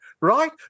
right